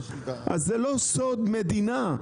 אז זה לא סוד מדינה.